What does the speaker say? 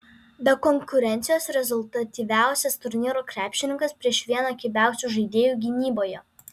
be konkurencijos rezultatyviausias turnyro krepšininkas prieš vieną kibiausių žaidėjų gynyboje